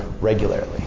regularly